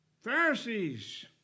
Pharisees